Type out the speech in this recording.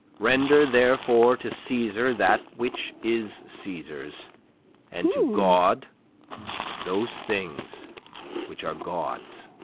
render therefore to caesar that which is caesar's and to god those things which are god's